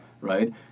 right